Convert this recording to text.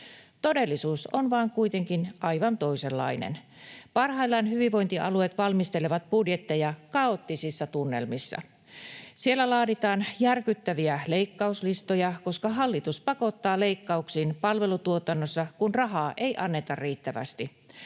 Todellisuus vain kuitenkin on aivan toisenlainen. Parhaillaan hyvinvointialueet valmistelevat budjetteja kaoottisissa tunnelmissa. Siellä laaditaan järkyttäviä leikkauslistoja, koska hallitus pakottaa leikkauksiin palvelutuotannossa, kun rahaa ei anneta riittävästi.